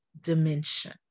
dimension